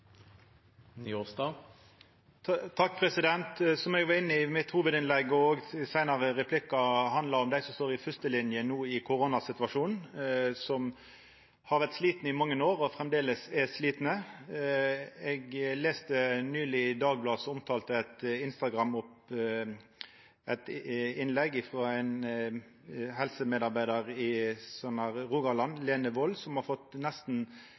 Som eg var inne på i hovudinnlegget mitt og òg i seinare replikkar, handlar det no om dei som står i fyrstelinja i koronasituasjonen, som har vore slitne i mange år og framleis er slitne. Eg las nyleg Dagbladets omtale av eit Instagram-innlegg frå ein helsemedarbeidar i Rogaland, Lene Woll, som har fått nesten